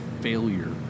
failure